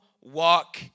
walk